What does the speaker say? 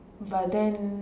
but then